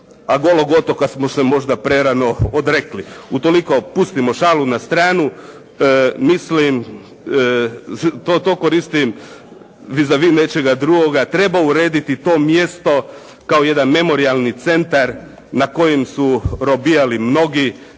a Golog otoka smo se možda prerano odrekli. Utoliko pustimo šalu na stranu, mislim, to koristim vis a vis nečega drugoga. Treba urediti to mjesto kao jedan memorijalni centar na kojem su robijali mnogi, vjerojatno